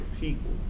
people